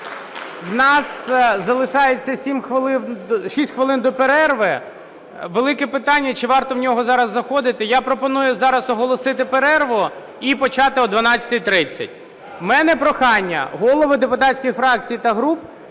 в нас залишається 6 хвилин до перерви. Велике питання, чи варто в нього зараз заходити. Я пропоную зараз оголосити перерву і почати о 12:30. У мене прохання: голів депутатських фракцій та груп